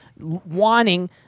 wanting